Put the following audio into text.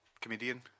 comedian